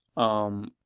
umm,